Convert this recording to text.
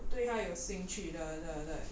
或特别特别 uh err